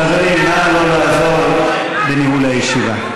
חברים, נא לא לעזור לי בניהול הישיבה.